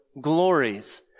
glories